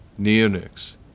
neonics